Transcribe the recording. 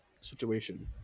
situation